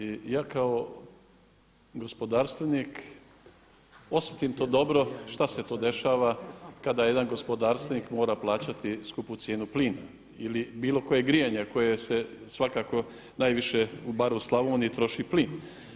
I ja kao gospodarstvenik osjetim to dobro šta se to dešava kada jedan gospodarstvenik mora plaćati skupu cijenu plina ili bilo koje grijanje koje se svakako najviše, bar u Slavoniji troši plin.